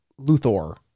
Luthor